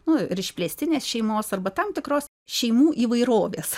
nu ir išplėstinės šeimos arba tam tikros šeimų įvairovės